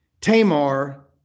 Tamar